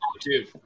dude